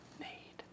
need